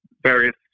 various